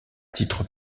titre